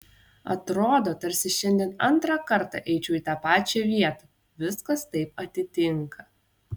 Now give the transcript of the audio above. atrodo tarsi šiandien antrą kartą eičiau į tą pačią vietą viskas taip atitinka